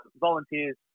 volunteers